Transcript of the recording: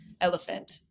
elephant